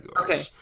Okay